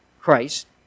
Christ